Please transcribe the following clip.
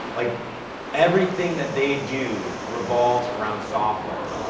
like everything that they do revolves around software.